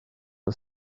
are